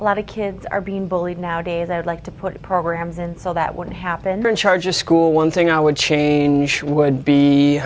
a lot of kids are being bullied nowadays i would like to put programs in so that wouldn't happen charge of school one thing i would change would be